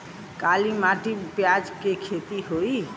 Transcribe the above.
काली माटी में प्याज के खेती होई?